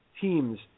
teams